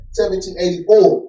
1784